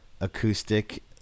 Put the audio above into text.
acoustic